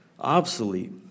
obsolete